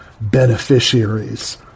beneficiaries